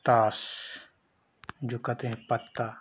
ताश जो कहते हैं पत्ता